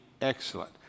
excellent